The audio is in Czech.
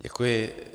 Děkuji.